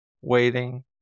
waiting